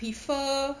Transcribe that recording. prefer